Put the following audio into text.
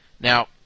Now